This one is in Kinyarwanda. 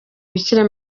bikira